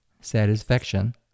satisfaction